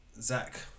Zach